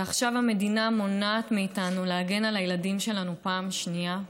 ועכשיו המדינה מונעת מאיתנו להגן על הילדים שלנו פעם שנייה,